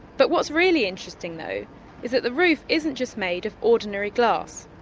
but what's really interesting though is that the roof isn't just made of ordinary glass.